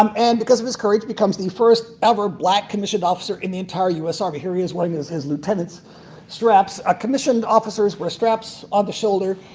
um and because of his courage becomes the first ever black commissioned officer in the entire u s. army. here he is wearing his lieutenant's straps. ah commissioned officers wear straps on the shoulder.